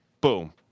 boom